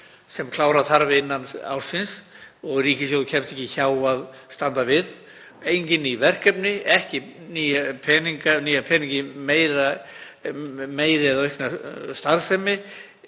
sem klára þarf innan ársins og ríkissjóður kemst ekki hjá að standa við. Ekki á að fara í ný verkefni, ekki láta nýja peninga í meiri eða aukna starfsemi